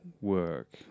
work